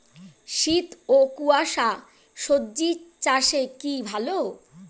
শীত ও কুয়াশা স্বজি চাষে কি ভালো?